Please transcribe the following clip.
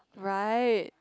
right